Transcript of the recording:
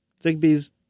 Zigbee's